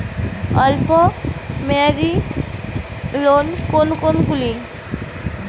অল্প মেয়াদি লোন কোন কোনগুলি?